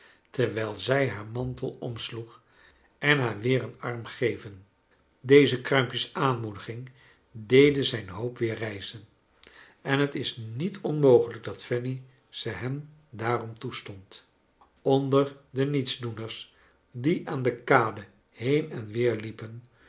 terwijl zij haar mantel omsloeg en haar weer een arm geven deze kruimpjes aanmoediging deden zijn hoop weer rijzen en het is niet onmogelijk dat fanny ze hem daarom toestond onder de nietsdoeners die aan de kade been en weer liepen